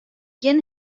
gjin